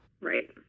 Right